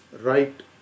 right